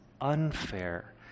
unfair